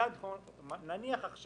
ברור